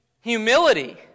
humility